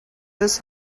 this